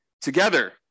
together